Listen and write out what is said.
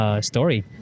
Story